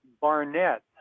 Barnett